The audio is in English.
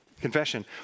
Confession